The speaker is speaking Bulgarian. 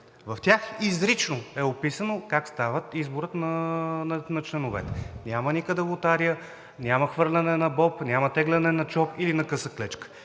В тях изрично е описано как става изборът на членове. Няма никъде лотария, няма хвърляне на боб, няма теглене на чоп или на къса клечка,